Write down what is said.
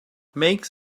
makes